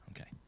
Okay